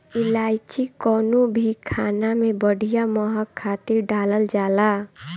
इलायची कवनो भी खाना में बढ़िया महक खातिर डालल जाला